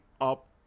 up